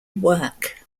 work